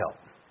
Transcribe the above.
help